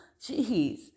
Jeez